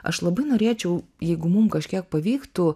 aš labai norėčiau jeigu mum kažkiek pavyktų